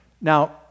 Now